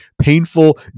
painful